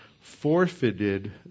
forfeited